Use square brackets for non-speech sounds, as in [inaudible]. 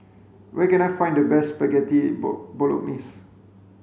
where can I find the best Spaghetti [unintelligible] Bolognese